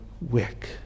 wick